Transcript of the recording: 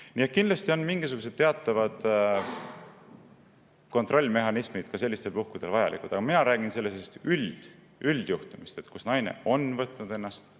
Nii et kindlasti on mingisugused teatavad kontrollimehhanismid ka sellistel puhkudel vajalikud. Aga mina räägin üldjuhtumist, kui naine on võtnud ennast